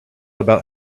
about